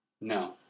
No